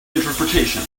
interpretation